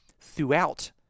throughout